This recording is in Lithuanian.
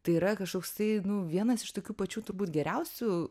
tai yra kažkoksai nu vienas iš tokių pačių turbūt geriausių